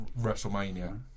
WrestleMania